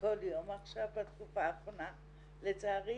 וכל יום עכשיו בתקופה האחרונה לצערי,